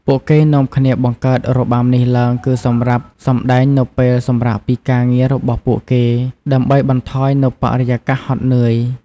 ពួកគេនាំគ្នាបង្កើតរបាំនេះឡើងគឺសម្រាប់សម្ដែងនៅពេលសម្រាកពីការងាររបស់ពួកគេ ដើម្បីបន្ថយនៅបរិយាកាសហត់នឿយ។